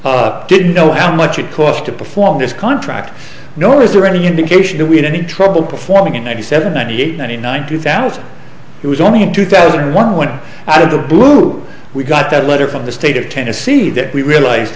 we didn't know how much it cost to perform this contract nor is there any indication that we had any trouble performing in ninety seven ninety eight ninety nine two thousand it was only in two thousand and one when i did the boom we got that letter from the state of tennessee that we realize